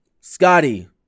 Scotty